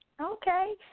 Okay